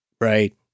Right